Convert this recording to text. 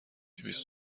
دویست